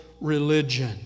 religion